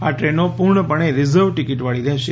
આ ટ્રેનો પૂર્ણ પણે રિઝર્વ ટિકીટવાળી રહેશે